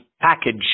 package